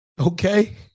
okay